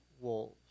wolves